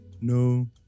no